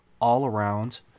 all-around